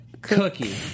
Cookie